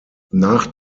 nach